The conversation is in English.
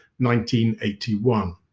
1981